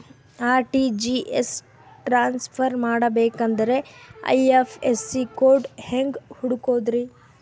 RTGS transfer ಮಾಡಬೇಕೆಂದರೆ IFSC code ಹೆಂಗ್ ಹುಡುಕೋದ್ರಿ?